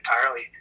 entirely